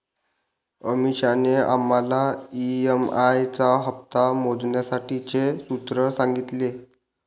अमीषाने आम्हाला ई.एम.आई चा हप्ता मोजण्यासाठीचे सूत्र सांगितले